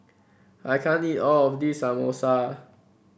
I can't eat all of this Samosa